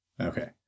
Okay